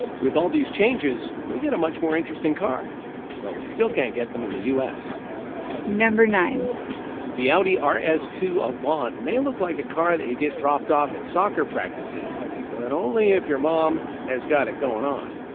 with all these changes we get a much more interesting car but we still can't get them in the us. number nine the audi r s two avant may look like a car that you get dropped off at soccer practice in but only if your mom has got it going on.